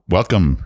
Welcome